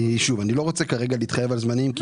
שוב, אני לא רוצה כרגע להתחייב על זמנים.